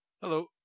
Hello